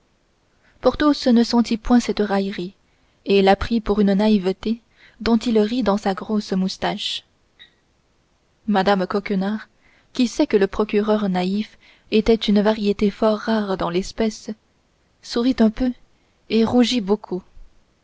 porthos ne sentit point cette raillerie et la prit pour une naïveté dont il rit dans sa grosse moustache mme coquenard qui savait que le procureur naïf était une variété fort rare dans l'espèce sourit un peu et rougit beaucoup